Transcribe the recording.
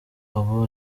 abo